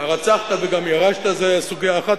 "הרצחת וגם ירשת" זו סוגיה אחת,